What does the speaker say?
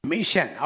Mission